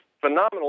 phenomenal